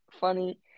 funny